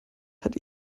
hat